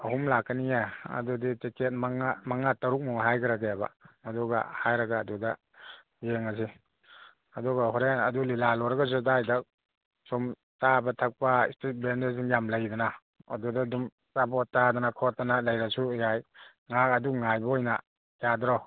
ꯑꯍꯨꯝ ꯂꯥꯛꯀꯅꯤꯌꯦ ꯑꯗꯨꯗꯤ ꯇꯤꯀꯦꯠ ꯃꯉꯥ ꯃꯉꯥ ꯇꯔꯨꯛꯃꯨꯛ ꯍꯥꯏꯒ꯭ꯔꯒꯦꯕ ꯑꯗꯨꯒ ꯍꯥꯏꯔꯒ ꯑꯗꯨꯗ ꯌꯦꯡꯉꯁꯤ ꯑꯗꯨꯒ ꯍꯣꯔꯦꯟ ꯑꯗꯨ ꯂꯤꯂꯥ ꯂꯣꯏꯔꯒꯁꯨ ꯑꯗꯥꯏꯗ ꯁꯨꯝ ꯆꯥꯕ ꯊꯛꯄ ꯁ꯭ꯇꯔꯤꯠ ꯚꯦꯟꯗꯔꯁꯤꯡ ꯌꯥꯝ ꯂꯩꯗꯅ ꯑꯗꯨꯗ ꯑꯗꯨꯝ ꯑꯆꯥꯄꯣꯠ ꯆꯥꯗꯅ ꯈꯣꯠꯇꯅ ꯂꯩꯔꯁꯨ ꯌꯥꯏ ꯉꯍꯥꯛ ꯑꯗꯨ ꯉꯥꯏꯕ ꯑꯣꯏꯅ ꯌꯥꯗ꯭ꯔꯣ